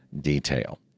detail